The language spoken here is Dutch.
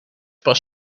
pas